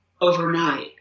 overnight